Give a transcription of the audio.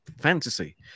fantasy